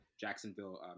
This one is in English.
Jacksonville